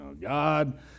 God